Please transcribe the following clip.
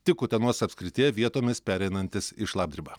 tik utenos apskrityje vietomis pereinantis į šlapdribą